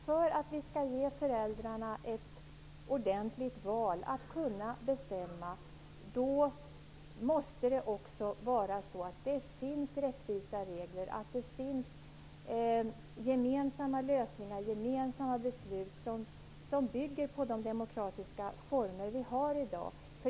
För att ge föräldrarna en ordentlig möjlighet till eget val måste vi se till att det finns rättvisa regler, gemensamma lösningar och beslut som bygger på de demokratiska former som vi har i dag.